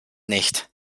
nicht